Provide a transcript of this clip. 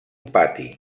pati